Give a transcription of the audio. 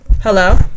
Hello